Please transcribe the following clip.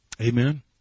Amen